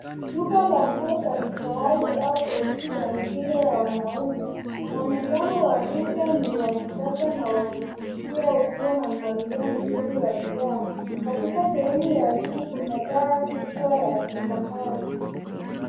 Duka la nguo za kifahari au botiki za mitindo ya wanaume, mwonekano wa duka ni wa kisasa na wakuvutia ukiwa na mpangilio mzuri wa bidhaa, katika sehemu ya juu kuna taa kubwa ya kifahari.